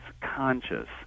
conscious